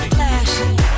Flashing